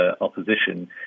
opposition